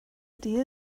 ydy